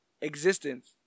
existence